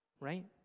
right